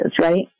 right